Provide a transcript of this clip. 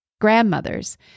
grandmothers